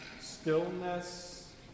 stillness